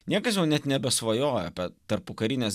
niekas jau net nebesvajoja apie tarpukarinės